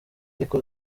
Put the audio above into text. ariko